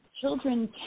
Children